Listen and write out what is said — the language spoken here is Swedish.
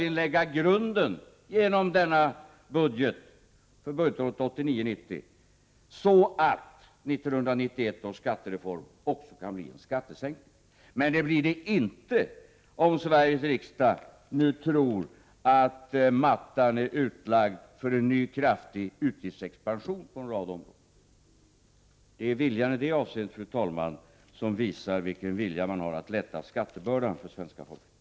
Då kan möjligen grunden läggas genom budgeten för budgetåret 1989/90, så att 1991 års skattereform också kan bli en skattesänkning. Men det blir den inte om Sveriges riksdag nu tror att mattan är utlagd för en ny, kraftig utgiftsexpansion på en rad områden. Det är viljan i det avseendet, fru talman, som visar vilken vilja man har att lätta skattebördan för svenska folket.